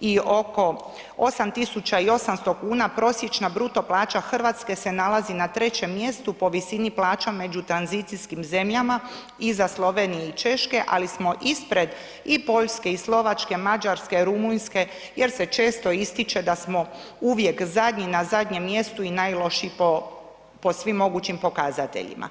i oko 8800 kuna prosječna bruto plaća Hrvatske se nalazi na trećem mjestu po visini plaća među tranzicijskim zemljama iza Slovenije i Češke ali smo ispred i Poljske i Slovačke, Mađarske, Rumunjske jer se često ističe da smo uvijek zadnji na zadnjem mjestu i najlošiji po svim mogućim pokazateljima.